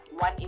one